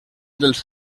dels